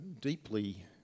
deeply